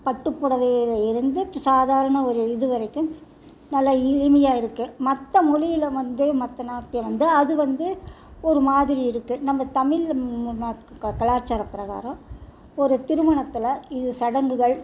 பட்டு புடவையில் இருந்து இப்போ சாதாரண ஒரு இது வரைக்கும் நல்ல இனிமையாக இருக்குது மற்ற மொழியில் வந்து மற்ற நாட்டில் வந்து அது வந்து ஒரு மாதிரி இருக்குது நம்ம தமிழ் கலாச்சாரம் பிரகாரம் ஒரு திருமணத்தில் இது சடங்குகள்